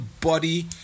body